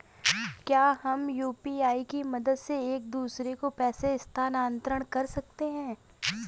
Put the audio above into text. क्या हम यू.पी.आई की मदद से एक दूसरे को पैसे स्थानांतरण कर सकते हैं?